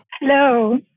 Hello